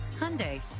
Hyundai